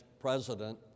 president